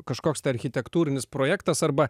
kažkoks tai architektūrinis projektas arba